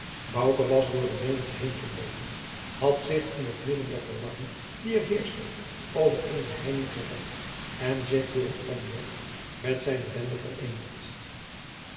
was door de menigte heen gebroken had zich in t midden der verwarring die er heerschte over eene heining gered en zich door een omweg met zijne bende vereenigd